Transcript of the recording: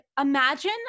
imagine